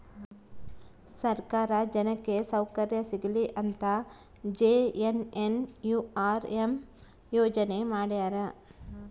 ಸರ್ಕಾರ ಜನಕ್ಕೆ ಸೌಕರ್ಯ ಸಿಗಲಿ ಅಂತ ಜೆ.ಎನ್.ಎನ್.ಯು.ಆರ್.ಎಂ ಯೋಜನೆ ಮಾಡ್ಯಾರ